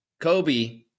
kobe